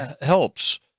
helps